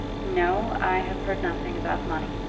no i have heard nothing about money.